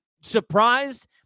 surprised